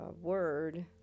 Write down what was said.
word